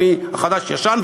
החדש-ישן,